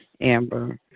Amber